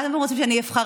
מה אתם רוצים שאני אבחר,